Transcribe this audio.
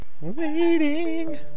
Waiting